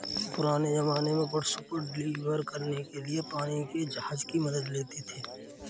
पुराने ज़माने में गुड्स को डिलीवर करने के लिए पानी के जहाज की मदद लेते थे